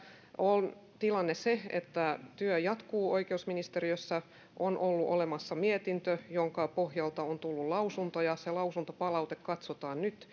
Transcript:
on tilanne se että työ jatkuu oikeusministeriössä on ollut olemassa mietintö jonka pohjalta on tullut lausuntoja se lausuntopalaute katsotaan nyt